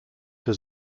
für